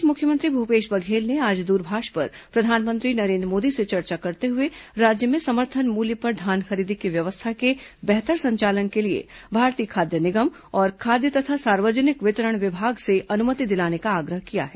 इस बीच मुख्यमंत्री भूपेश बघेल ने आज दूरभाष पर प्रधानमंत्री नरेन्द्र मोदी से चर्चा करते हुए राज्य में समर्थन मूल्य पर धान खरीदी की व्यवस्था के बेहतर संचालन के लिए भारतीय खाद्य निगम और खाद्य तथा सार्वजनिक वितरण विभाग से अनुमति दिलाने का आग्रह किया है